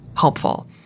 helpful